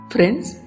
Friends